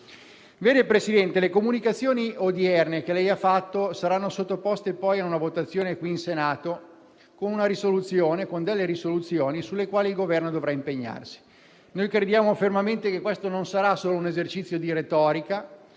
Presidente, le sue comunicazioni odierne saranno sottoposte ad una votazione in Senato con delle risoluzioni sulle quali il Governo dovrà impegnarsi. Crediamo fermamente che questo non sarà solo un esercizio di retorica